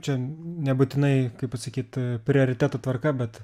čia nebūtinai kaip pasakyt prioritetų tvarka bet